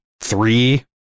three